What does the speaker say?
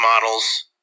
models